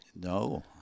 no